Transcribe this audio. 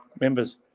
members